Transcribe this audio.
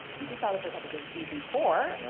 we just saw the first episode of season four.